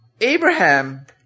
Abraham